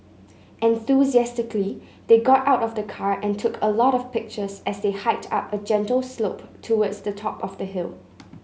enthusiastically they got out of the car and took a lot of pictures as they hiked up a gentle slope towards the top of the hill